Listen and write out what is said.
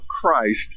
Christ